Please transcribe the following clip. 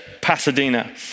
Pasadena